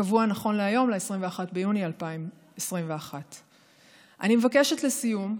הקבוע כיום ל-21 ביוני 2021. לסיום,